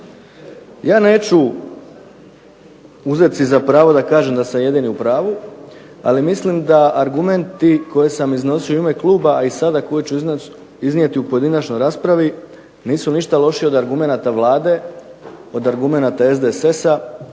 Ja neću uzet si za pravo da kažem da sam jedini u pravu, ali mislim da argumenti koje sam iznosio u ime kluba, a i sada koje ću iznijeti u pojedinačnoj raspravi nisu ništa lošiji od argumenata Vlade, od argumenata SDSS-a